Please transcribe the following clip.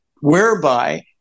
Whereby